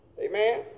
Amen